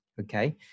Okay